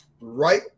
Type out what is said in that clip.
Right